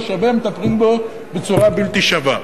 מי שלא שווה מטפלים בו בצורה בלתי שווה.